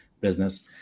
business